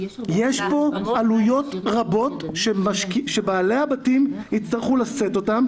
יש פה עלויות רבות שבעלי הבתים יצטרכו לשאת אותן.